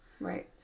right